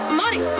money